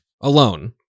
alone